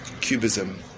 cubism